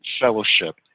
fellowship